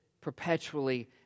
perpetually